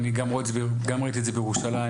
אני גם ראיתי את זה בירושלים.